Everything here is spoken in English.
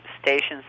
stations